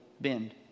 bend